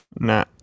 Nah